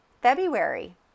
February